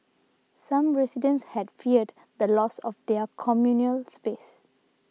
some residents had feared the loss of their communal space